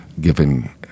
given